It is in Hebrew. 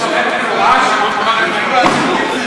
אומר לך אישית, כחבר הכנסת פרוש: